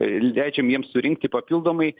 leidžiam jiems surinkti papildomai